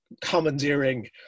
commandeering